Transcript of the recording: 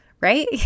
right